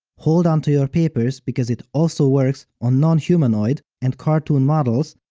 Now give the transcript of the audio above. hold on to your papers, because it also works on non-humanoid and cartoon models,